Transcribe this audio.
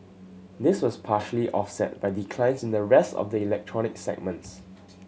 this was partially offset by declines in the rest of the electronic segments